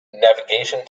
navigation